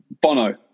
Bono